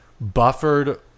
buffered